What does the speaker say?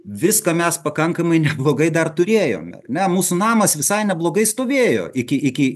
viską mes pakankamai neblogai dar turėjom ne mūsų namas visai neblogai stovėjo iki iki